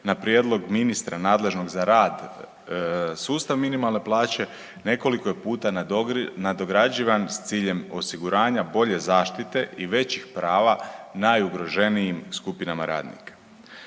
na prijedlog ministra nadležnog za rad, sustav minimalne plaće nekoliko je puta nadograđivan s ciljem osiguranja bolje zaštite i većih prava najugroženijim skupinama radnika.